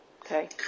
Okay